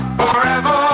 forever